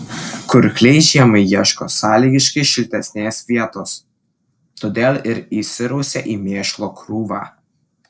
kurkliai žiemai ieško sąlygiškai šiltesnės vietos todėl ir įsirausia į mėšlo krūvą